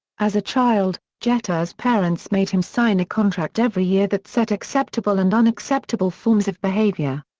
as a child, jeter's parents made him sign a contract every year that set acceptable and unacceptable forms of behavior.